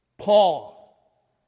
Paul